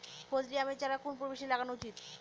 ফজলি আমের চারা কোন পরিবেশে লাগানো উচিৎ?